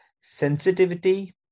Sensitivity